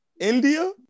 India